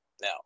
Now